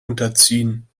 unterziehen